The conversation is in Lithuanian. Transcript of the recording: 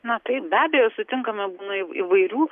na taip be abejo sutinkame būna įvairių